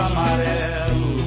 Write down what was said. Amarelo